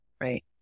right